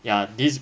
ya this